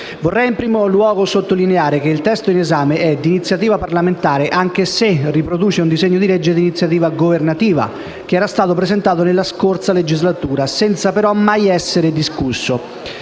Vorrei in primo luogo sottolineare che il testo in esame è d'iniziativa parlamentare anche se riproduce un disegno di legge d'iniziativa governativa che era stato presentato nella scorsa legislatura senza però essere mai discusso.